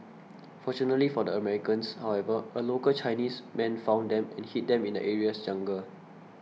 fortunately for the Americans however a local Chinese man found them and hid them in the area's jungle